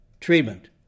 treatment